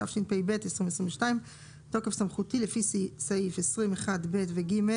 התשפ"ב-2022 בתוקף סמכותי לפי סעיף 20(1)(ב) ו-(ג)